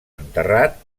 enterrat